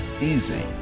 easy